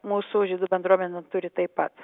mūsų žydų bendruomenė turi taip pat